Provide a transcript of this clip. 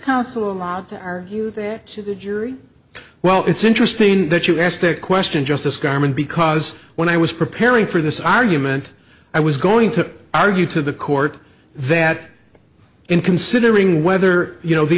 counsel a lot are you that the jury well it's interesting that you ask that question justice carmen because when i was preparing for this argument i was going to argue to the court that in considering whether you know the